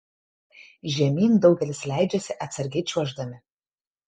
žemyn daugelis leidžiasi atsargiai čiuoždami